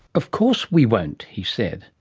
of course we won't, he said.